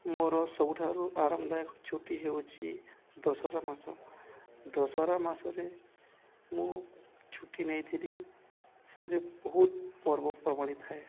ମୋର ସବୁଠାରୁ ଆରାମଦାୟକ ଛୁଟି ହେଉଛି ଦଶହରା ମାସ ଦଶହରା ମାସରେ ମୁଁ ଛୁଟି ନେଇଥିଲି ସେଥିରେ ବହୁତ ପର୍ବପର୍ବାଣି ଥାଏ